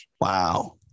Wow